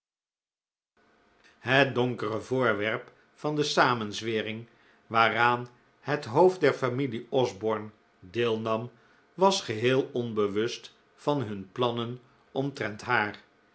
het donkere voorwerp van de samenzwering waaraan het hoofd der familie osborne deelnam was geheel onbewust van hun plannen omtrent haar